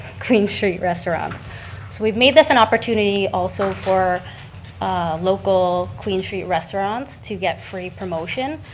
queen street restaurants. so we've made this an opportunity also for local queen street restaurants to get free promotion.